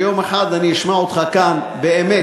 יום אחד אני אשמע אותך כאן באמת